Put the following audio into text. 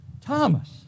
Thomas